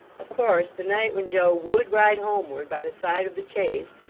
of course the night when joe would ride homeward by the side of the chaise,